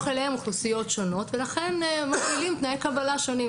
אליהם אוכלוסיות שונות ולכן קובעים תנאי קבלה שונים.